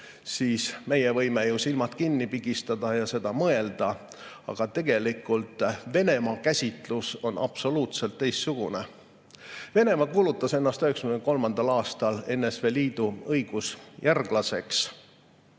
siis meie võime ju silmad kinni pigistada ja seda mõelda, aga Venemaa käsitlus on absoluutselt teistsugune. Venemaa kuulutas ennast 1993. aastal NSV Liidu õigusjärglaseks.